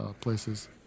places